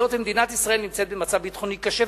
היות שמדינת ישראל נמצאת במצב ביטחוני קשה,